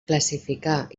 classificar